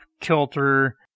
kilter